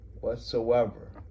whatsoever